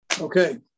Okay